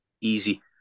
easy